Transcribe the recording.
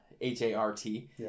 H-A-R-T